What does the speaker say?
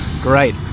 Great